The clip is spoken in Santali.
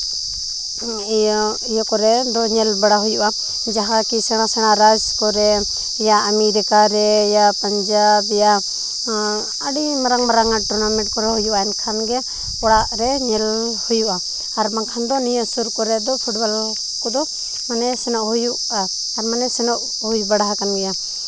ᱤᱭᱟᱹ ᱤᱭᱟᱹ ᱠᱚᱨᱮ ᱫᱚ ᱧᱮᱞ ᱵᱟᱲᱟ ᱦᱩᱭᱩᱜᱼᱟ ᱡᱟᱦᱟᱸ ᱠᱤ ᱥᱮᱬᱟ ᱥᱮᱬᱟ ᱨᱟᱡᱽ ᱠᱚᱨᱮ ᱭᱟ ᱟᱢᱮᱨᱤᱠᱟ ᱨᱮ ᱭᱟ ᱯᱟᱧᱡᱟᱵᱽ ᱟᱹᱰᱤ ᱢᱟᱨᱟᱝ ᱢᱟᱨᱟᱝ ᱟᱜ ᱴᱩᱨᱱᱟᱢᱮᱱᱴ ᱠᱚ ᱦᱩᱭᱩᱜᱼᱟ ᱮᱱᱠᱷᱟᱱ ᱜᱮ ᱚᱲᱟᱜ ᱨᱮ ᱧᱮᱞ ᱦᱩᱭᱩᱜᱼᱟ ᱟᱨ ᱵᱟᱝᱠᱷᱟᱱ ᱫᱚ ᱱᱤᱭᱟᱹ ᱥᱩᱨ ᱠᱚᱨᱮ ᱫᱚ ᱯᱷᱩᱴᱵᱚᱞ ᱠᱚᱫᱚ ᱢᱱᱮ ᱥᱮᱱᱚᱜ ᱦᱩᱭᱩᱜᱼᱟ ᱟᱨ ᱢᱟᱱᱮ ᱥᱮᱱᱚᱜ ᱦᱩᱭ ᱵᱟᱲᱟ ᱟᱠᱟᱱ ᱜᱮᱭᱟ